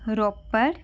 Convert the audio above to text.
Ropar